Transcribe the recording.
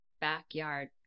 backyard